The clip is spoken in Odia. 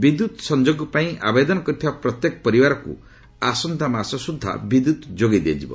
ବିଦ୍ୟୁତ୍ ସଂଯୋଗପାଇଁ ଆବେଦନ କରିଥିବା ପ୍ରତ୍ୟେକ ପରିବାରକୁ ଆସନ୍ତା ମାସ ସୁଦ୍ଧା ବିଦ୍ୟୁତ୍ ଯୋଗାଇ ଦିଆଯିବ